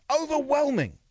Overwhelming